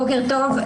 בוקר טוב.